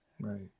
Right